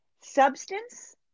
substance